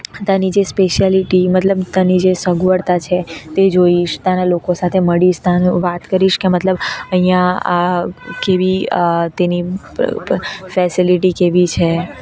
ત્યાંની જે સ્પેશિયાલીટી મતલબ ત્યાંની જે સગવડતા છે તે જોઈશ ત્યાંનાં લોકો સાથે મળીશ ત્યાંનું વાત કરીશ કે મતલબ અહીંયાં આ કેવી આ તેની ફેસેલીટી કેવી છે